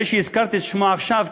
זה שהזכרתי את שמו עכשיו,